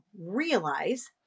realize